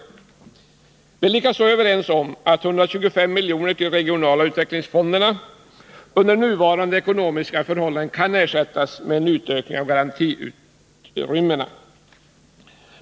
Vi är inom utskottet likaså överens om att 125 miljoner till de regionala utvecklingsfonderna under nuvarande ekonomiska förhållanden kan ersättas med en utökning av garantiutrymmet.